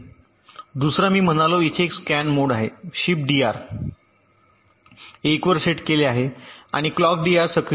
दुसरा मी म्हणालो इथे एक स्कॅन मोड आहे शिफ्ट डीआर 1 वर सेट केले आहे आणि क्लॉक डीआर सक्रिय केले आहे